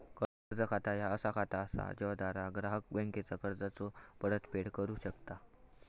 कर्ज खाता ह्या असा खाता असा ज्याद्वारा ग्राहक बँकेचा कर्जाचो परतफेड करू शकता